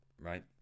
Right